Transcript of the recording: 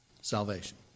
Salvation